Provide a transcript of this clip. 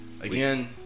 again